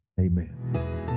amen